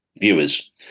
viewers